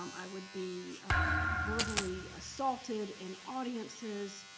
um i would be verbally assaulted in audiences.